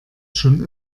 schon